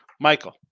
Michael